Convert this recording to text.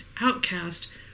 outcast